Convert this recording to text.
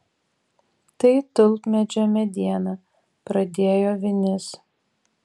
tai tulpmedžio mediena pradėjo vinis